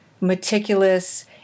meticulous